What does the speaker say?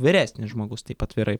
vyresnis žmogus taip atvirai